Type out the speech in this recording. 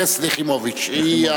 חברת הכנסת יחימוביץ היא,